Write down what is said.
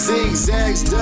Zigzags